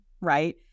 right